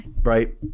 Right